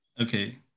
Okay